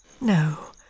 No